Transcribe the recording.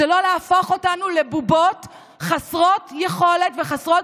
לא להפוך אותנו לבובות חסרות יכולת וחסרות